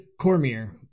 Cormier